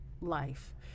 life